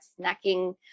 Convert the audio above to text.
snacking